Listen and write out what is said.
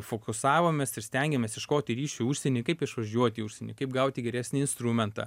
fokusavomės ir stengėmės ieškoti ryšių užsieny kaip išvažiuoti į užsienį kaip gauti geresnį instrumentą